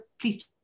please